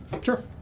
Sure